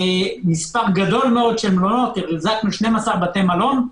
מספר גדול מאוד של מלונות החזקנו 12 בתי מלון.